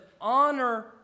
honor